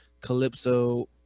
Calypso